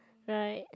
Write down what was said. right